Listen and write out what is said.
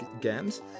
Games